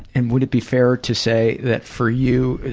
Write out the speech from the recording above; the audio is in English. and would it be fair to say that, for you,